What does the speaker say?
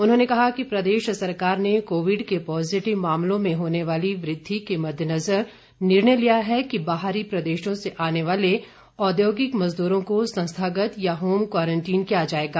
उन्होंने कहा कि प्रदेश सरकार ने बाहर से आने वाले कोविड के पॉजिटिव मामलों में होने वाली वृद्धि के मद्देनजर निर्णय लिया है कि बाहरी प्रदेशों से आने वाले औद्योगिक मजदूरों को संस्थागत या होम क्वारंटीन किया जाएगा